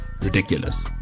ridiculous